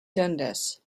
dundas